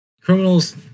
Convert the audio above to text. Criminals